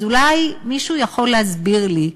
אז אולי מישהו יכול להסביר לי,